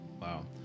Wow